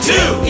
Two